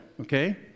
okay